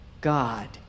God